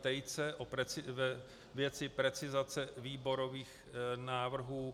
Tejce ve věci precizace výborových návrhů.